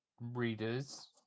readers